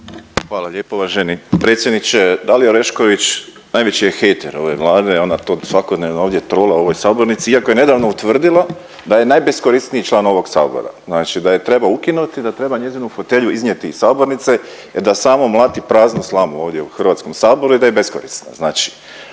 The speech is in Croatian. Hvala lijepo. Uvaženi predsjedniče Dalija Orešković najveći je hejter ove Vlade, ona to svakodnevno ovdje trola u ovoj sabornici iako je nedavno utvrdila da je najbeskorisniji član ovog sabora. Znači da je treba ukinuti, da treba njezinu fotelju iznijeti iz sabornice, da samo mlati praznu slamu ovdje u HS-u i da je beskorisna.